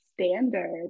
standard